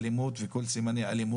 יעזרו לנו להשיג לא ברגליים של העובדות.